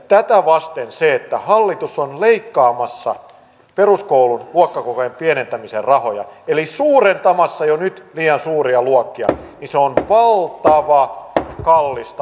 tätä vasten se että hallitus on leikkaamassa peruskoulun luokkakokojen pienentämisen rahoja eli suurentamassa jo nyt liian suuria luokkia on valtavan kallista tulevaisuuden kannalta